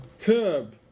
curb